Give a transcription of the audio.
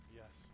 yes